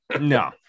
No